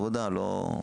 הלאה.